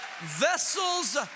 Vessels